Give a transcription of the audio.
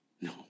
No